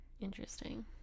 Interesting